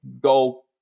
go